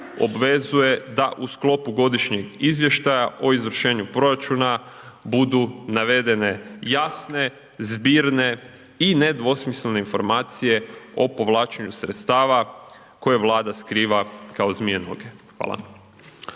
obvezuje da u sklopu godišnjeg izvještaja o izvršenju proračuna budu navedene jasne, zbirne i nedovosmislene informacije o povlačenju sredstava koje Vlada skriva kao zmija noge. Hvala.